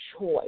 choice